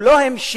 הוא לא המשיך: